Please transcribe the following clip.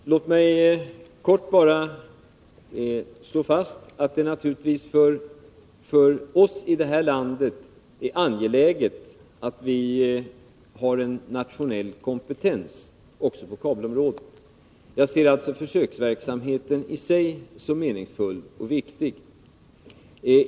Herr talman! Låt mig kort slå fast att det för oss i det här landet naturligtvis är angeläget att ha en nationell kompetens också på kabelområdet. Jag ser alltså försöksverksamheten i sig som meningsfull och riktig.